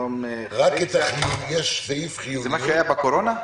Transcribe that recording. זה מה שהיה בקורונה?